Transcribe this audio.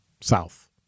south